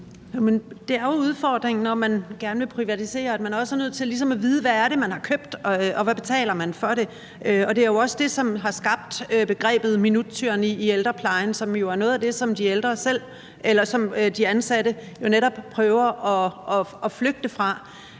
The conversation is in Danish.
det er jo udfordringen, når man gerne vil privatisere, at man også er nødt til ligesom at vide, hvad det er, man har købt, og hvad man betaler for det. Det er jo også det, som har skabt begrebet minuttyranni i ældreplejen, som jo var noget af det, som de ansatte netop prøver at flygte fra.